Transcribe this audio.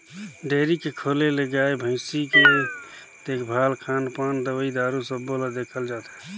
dairy के खोले ले गाय, भइसी के देखभाल, खान पान, दवई दारू सबो ल देखल जाथे